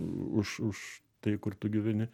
už tai kur tu gyveni